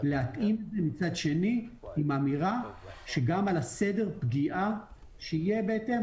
לראות אמירה שגם יהיה בהתאם.